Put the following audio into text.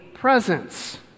Presence